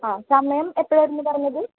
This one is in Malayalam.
ആ സമയം എത്രയായിരുന്നു പറഞ്ഞത്